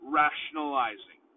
rationalizing